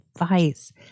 advice